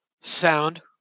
sound